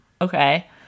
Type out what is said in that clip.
okay